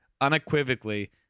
unequivocally